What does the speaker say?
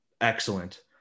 excellent